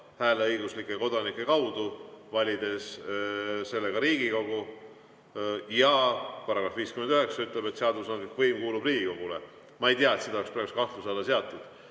hääleõiguslike kodanike kaudu, valides Riigikogu. Ja § 59 ütleb, et seadusandlik võim kuulub Riigikogule. Ma ei tea, et seda oleks praegu kahtluse alla seatud.